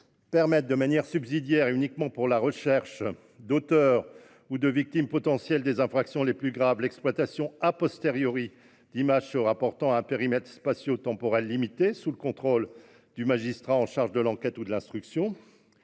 permettre de manière subsidiaire, et uniquement pour la recherche d'auteurs ou de victimes potentielles des infractions les plus graves, l'exploitation d'images se rapportant à un périmètre spatio-temporel limité, sous le contrôle du magistrat chargé de l'enquête ou de l'instruction.